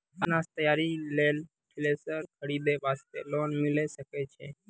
अनाज तैयारी लेल थ्रेसर खरीदे वास्ते लोन मिले सकय छै?